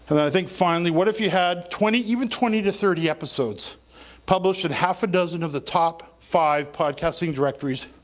but then i think finally what if you had twenty, even twenty to thirty episodes published and half a dozen of the top five podcasting directories